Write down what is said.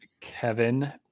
Kevin